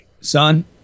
son